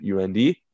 UND